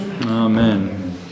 Amen